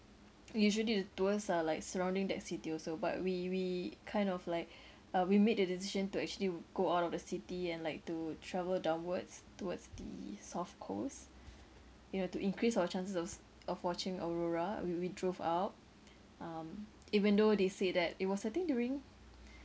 usually the tours are like surrounding that city also but we we kind of like uh we made the decision to actually go out of the city and like to travel downwards towards the south coast you know to increase our chances of s~ of watching aurora we we drove out um even though they say that it was I think during